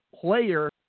player